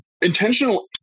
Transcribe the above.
intentional